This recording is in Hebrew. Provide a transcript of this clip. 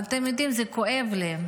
ואתם יודעים, זה כואב לי.